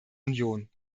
union